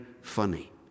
funny